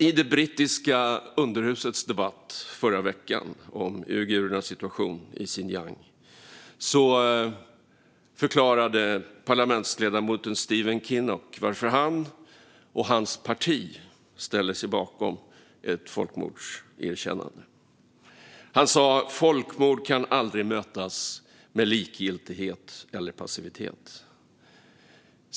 I det brittiska underhusets debatt förra veckan om uigurernas situation i Xinjiang förklarade parlamentsledamoten Stephen Kinnock varför han och hans parti ställer sig bakom ett folkmordserkännande. Han sa: Folkmord kan aldrig mötas med likgiltighet eller passivitet.